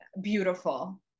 beautiful